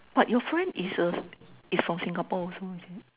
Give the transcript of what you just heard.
but your friend is a is from Singapore also is it